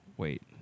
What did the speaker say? wait